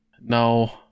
No